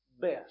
best